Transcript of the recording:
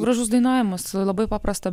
gražus dainavimas labai paprasta